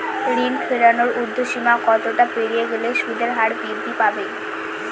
ঋণ ফেরানোর উর্ধ্বসীমা কতটা পেরিয়ে গেলে সুদের হার বৃদ্ধি পাবে?